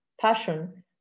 passion